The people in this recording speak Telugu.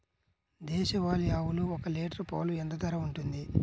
దేశవాలి ఆవులు ఒక్క లీటర్ పాలు ఎంత ధర ఉంటుంది?